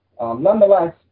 Nonetheless